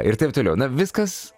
ir taip toliau na viskas